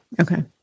Okay